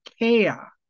care